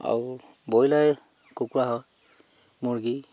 আৰু ব্ৰয়লাৰে কুকুৰা হয় মুৰ্গী